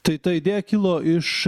tai ta idėja kilo iš